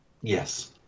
Yes